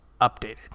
updated